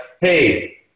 hey